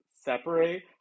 separate